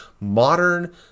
modern